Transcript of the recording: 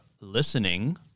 listening